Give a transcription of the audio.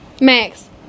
Max